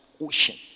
ocean